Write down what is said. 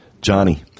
Johnny